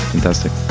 fantastic